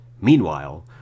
Meanwhile